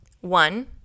One